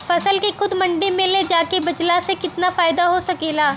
फसल के खुद मंडी में ले जाके बेचला से कितना फायदा हो सकेला?